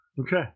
Okay